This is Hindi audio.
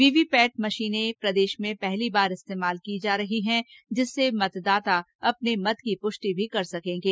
वीवीपीएटी मशीनें प्रदेश में पहली बार इस्तेमाल की जा रही हैं जिससे मतदाता अपने मत की पुष्टि भी कर सकेंगे